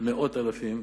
מאות אלפים,